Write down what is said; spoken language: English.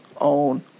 own